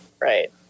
right